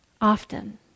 often